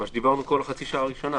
מה שדיברנו כל החצי שעה הראשונה,